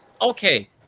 okay